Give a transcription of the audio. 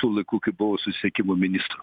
tų laikų kai buvau susisiekimo ministru